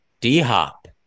D-Hop